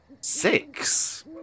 six